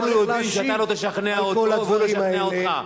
אנחנו יודעים שאתה לא תשכנע אותו והוא לא ישכנע אותך.